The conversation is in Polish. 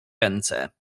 ręce